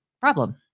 problem